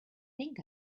think